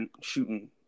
shooting